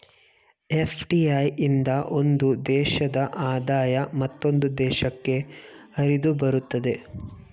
FDI ಇಂದ ಒಂದು ದೇಶದ ಆದಾಯ ಮತ್ತೊಂದು ದೇಶಕ್ಕೆ ಹರಿದುಬರುತ್ತದೆ